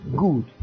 Good